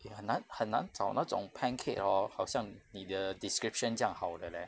eh 很难很难找那种 pancake hor 好像你的 description 这样好的 leh